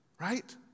Right